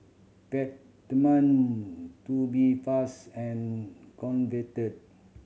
Peptamen Tubifast and Convatec